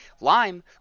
lime